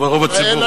אבל רוב הציבור,